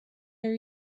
are